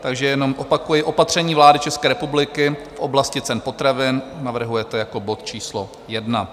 Takže jenom opakuji: Opatření vlády České republiky v oblasti cen potravin navrhujete jako bod číslo jedna.